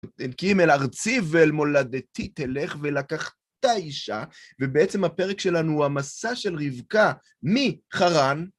"כי אם אל ארצי ואל מולדתי תלך ולקחת אישה", ובעצם הפרק שלנו הוא המסע של רבקה מחרן.